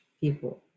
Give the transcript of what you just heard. people